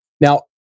Now